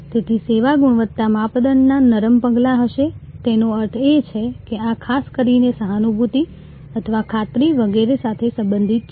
તેથી સેવા ગુણવત્તા માપદંડ ના નરમ પગલાં હશે તેનો અર્થ એ છે કે આ ખાસ કરીને સહાનુભૂતિ અથવા ખાતરી વગેરે સાથે સંબંધિત છે